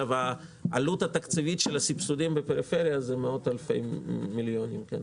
העלות התקציבית של הסבסודים בפריפריה זה מאות אלפי מיליונים בשנה,